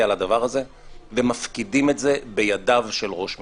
על הדבר הזה ומפקידים את זה בידיו של ראש הממשלה.